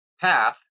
path